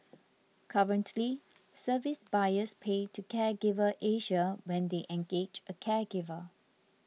currently service buyers pay to Caregiver Asia when they engage a caregiver